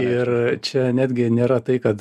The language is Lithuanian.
ir čia netgi nėra tai kad